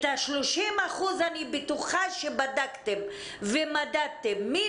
את ה-30% אני בטוחה שבדקתם ומדדתם מי